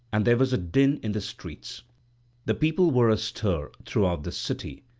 and there was a din in the streets the people were astir throughout the city,